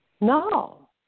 No